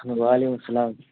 ل وعلیکم السلام